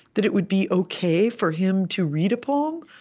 that it would be ok for him to read a poem.